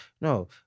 No